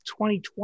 2020